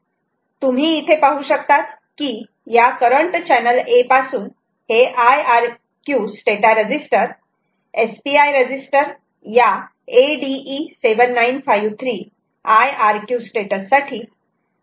तुम्ही इथे पाहू शकतात की या करंट चैनल A पासून हे IRQ status register SPI register या ADE7953 IRQ स्टेटस साठी 32 बिट रीड करत आहे